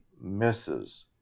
misses